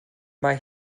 mae